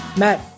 Matt